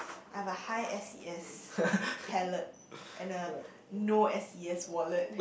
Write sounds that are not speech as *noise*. *noise* I have a high S_E_S palette and a no S_E_S wallet